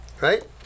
right